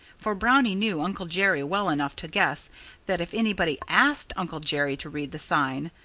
for brownie knew uncle jerry well enough to guess that if anybody asked uncle jerry to read the sign,